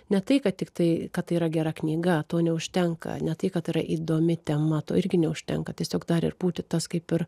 ne tai kad tiktai kad tai yra gera knyga to neužtenka ne tai kad yra įdomi tema to irgi neužtenka tiesiog dar ir būti tas kaip ir